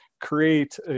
create